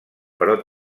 però